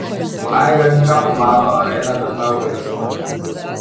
ai velniop mano einame tavo ieškoti